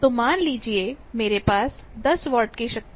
मान लीजिए मेरे पास 10 वाट की शक्ति है